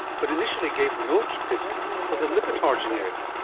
but initially gave no discount for the lipitor generic.